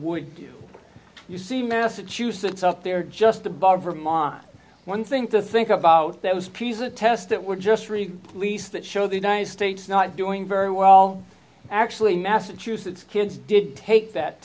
would do you see massachusetts out there just the bar vermont one thing to think about that was peas a test that were just really police that show the united states not doing very well actually massachusetts kids did take that